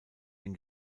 den